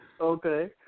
Okay